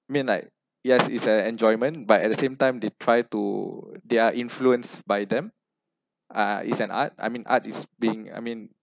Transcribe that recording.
mean like yes it's an enjoyment but at the same time they try to they are influenced by them uh is an art I mean art is being I mean